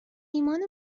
ایمان